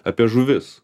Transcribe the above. apie žuvis